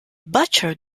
butcher